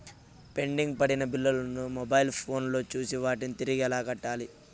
pending పడిన బిల్లులు ను మొబైల్ ఫోను లో చూసి వాటిని తిరిగి ఎలా కట్టాలి